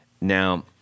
Now